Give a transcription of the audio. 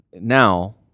now